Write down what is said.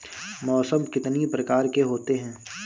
मौसम कितनी प्रकार के होते हैं?